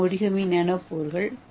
A origami நானோபோர்கள்